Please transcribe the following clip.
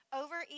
over